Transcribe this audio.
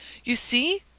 you see!